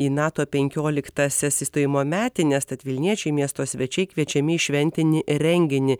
į nato penkioliktąsias įstojimo metines tad vilniečiai miesto svečiai kviečiami į šventinį renginį